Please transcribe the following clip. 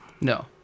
No